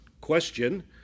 question